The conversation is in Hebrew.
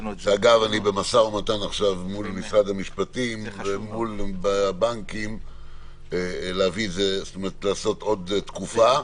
אני במשא ומתן עכשיו מול משרד המשפטים ואיגוד הבנקים להאריך את התקופה.